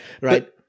Right